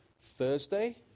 Thursday